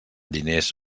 diners